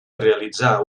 realitzar